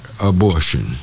abortion